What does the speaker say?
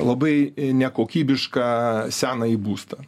labai nekokybišką senąjį būstą